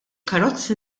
karozzi